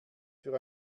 für